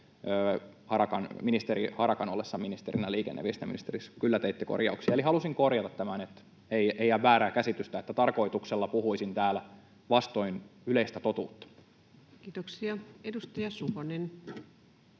Harakan ollessa ministerinä liikenne- ja viestintäministeriössä korjauksia. Eli halusin korjata tämän, että ei jää väärää käsitystä siitä, että tarkoituksella puhuisin täällä vastoin yleistä totuutta. [Speech 148] Speaker: